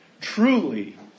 truly